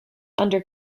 under